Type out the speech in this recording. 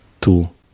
tool